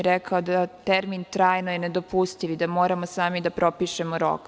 Rekao je da termin trajno je nedopustiv i da moramo sami da propišemo rok.